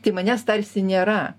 tai manęs tarsi nėra